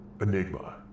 Enigma